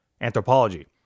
anthropology